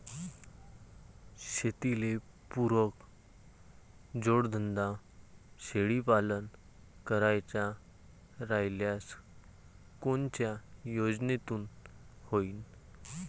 शेतीले पुरक जोडधंदा शेळीपालन करायचा राह्यल्यास कोनच्या योजनेतून होईन?